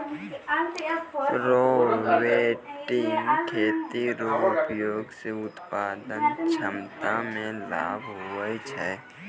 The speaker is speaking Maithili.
रोबोटिक खेती रो उपयोग से उत्पादन क्षमता मे लाभ हुवै छै